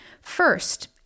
First